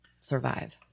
survive